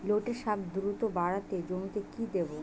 লটে শাখ দ্রুত বাড়াতে জমিতে কি দেবো?